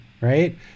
right